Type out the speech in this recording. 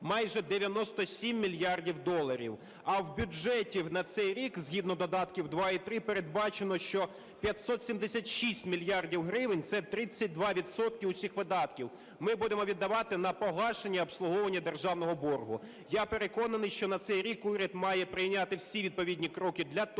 майже 97 мільярдів доларів. А в бюджеті на цей рік згідно додатків 2 і 3 передбачено, що 576 мільярдів гривень, це 32 відсотки усіх видатків ми будемо віддавати на погашення обслуговування державного боргу. Я переконаний, що на цей рік уряд має прийняти всі відповідні кроки для того,